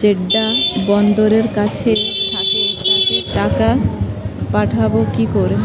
Jeddah বন্দরের কাছে থাকে তাকে টাকা পাঠাবো কি করে?